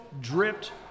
dripped